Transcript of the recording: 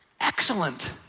Excellent